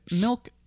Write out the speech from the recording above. milk